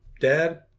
dad